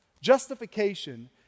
Justification